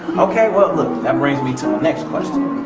okay well, look that brings me to the next question.